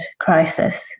crisis